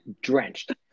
drenched